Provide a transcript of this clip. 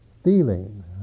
stealing